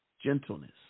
Gentleness